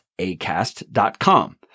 acast.com